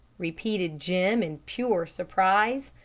repeated jim, in pure surprise.